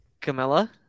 Camilla